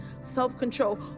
self-control